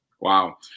Wow